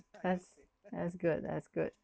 that's that's good that's good